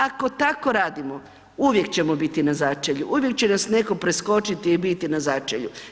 Ako tako radimo, uvijek ćemo biti na začelju, uvijek će nas netko preskočiti i biti na začelju.